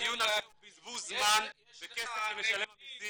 יש לך --- הדיון הזה הוא בזבוז זמן וכסף למשלם המסים,